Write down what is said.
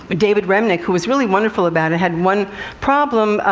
but david remnick, who was really wonderful about it, had one problem.